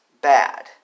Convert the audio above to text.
bad